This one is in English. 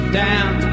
down